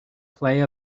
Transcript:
play